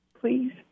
Please